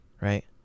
right